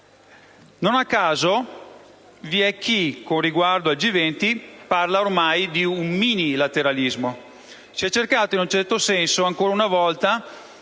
Non a caso, vi è chi, con riguardo al G20, parla ormai di un minilateralismo. Si è cercato in un certo senso, ancora una volta,